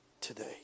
today